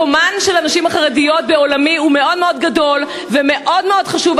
מקומן של הנשים החרדיות בעולמי הוא מאוד מאוד גדול ומאוד מאוד חשוב.